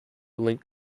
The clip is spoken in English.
linked